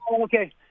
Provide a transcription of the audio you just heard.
Okay